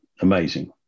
Amazing